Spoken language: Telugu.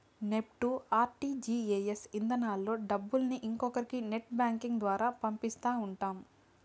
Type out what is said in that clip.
నెప్టు, ఆర్టీజీఎస్ ఇధానాల్లో డబ్బుల్ని ఇంకొకరి నెట్ బ్యాంకింగ్ ద్వారా పంపిస్తా ఉంటాం